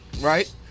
Right